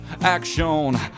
Action